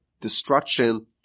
destruction